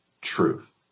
truth